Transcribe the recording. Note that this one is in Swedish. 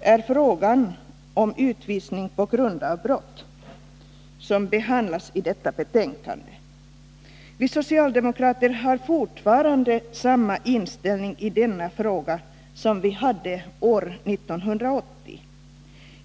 är frågan om utvisning på grund av brott, som behandlas i detta betänkande. Vi socialdemokrater har fortfarande samma inställning i denna fråga som vi hade år 1980.